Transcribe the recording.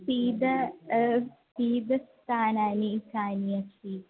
शीतं शीतस्थानानि कानि अस्ति